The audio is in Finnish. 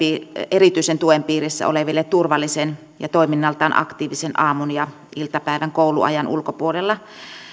erityisen tuen piirissä oleville turvallisen ja toiminnaltaan aktiivisen aamun ja iltapäivän kouluajan ulkopuolella